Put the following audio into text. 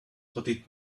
what